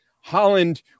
Holland